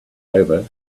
over